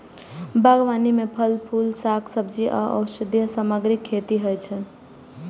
बागबानी मे फल, फूल, शाक, सब्जी आ औषधीय सामग्रीक खेती होइ छै